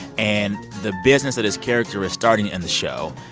and the business that his character is starting in the show,